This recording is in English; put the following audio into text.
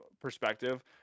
perspective